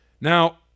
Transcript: Now